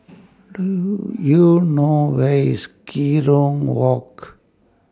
Do YOU know Where IS Kerong Walk